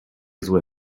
złe